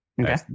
Okay